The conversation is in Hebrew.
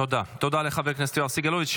תודה לחבר הכנסת יואב סגלוביץ'.